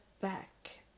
back